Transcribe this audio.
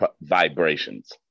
vibrations